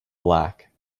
black